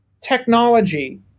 technology